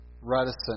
reticent